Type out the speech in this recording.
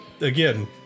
again